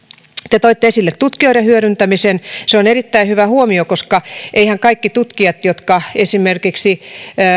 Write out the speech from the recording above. te toitte esille tutkijoiden hyödyntämisen se on erittäin hyvä huomio koska eiväthän kaikki tutkijat jotka esimerkiksi